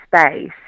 space